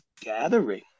gathering